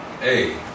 hey